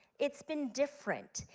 it's been different,